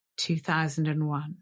2001